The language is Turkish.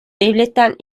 devletten